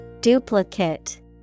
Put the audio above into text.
Duplicate